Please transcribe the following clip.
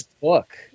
book